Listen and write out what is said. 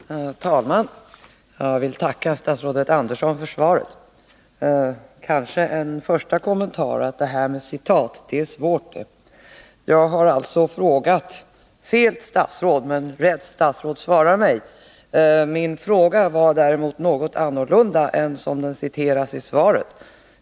Herr talman! Jag vill tacka statsrådet Andersson för svaret. En första kommentar: Det här med citat, det är svårt det. Jag har alltså frågat fel statsråd, men rätt statsråd svarar mig. Min fråga hade däremot en något annan lydelse än den som återgavs i svaret.